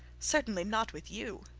certainly not with you